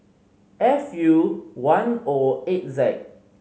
F U one O eight Z